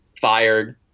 fired